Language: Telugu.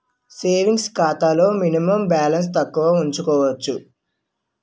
సేవింగ్స్ ఖాతాలో మినిమం బాలన్స్ తక్కువ ఉంచుకోవచ్చు